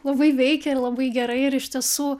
labai veikia ir labai gerai ir iš tiesų